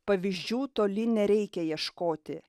pavyzdžių toli nereikia ieškoti